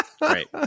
Right